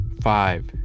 Five